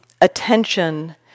attention